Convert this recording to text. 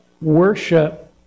worship